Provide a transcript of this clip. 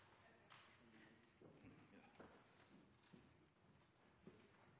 så passer vi